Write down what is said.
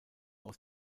aus